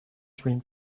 dream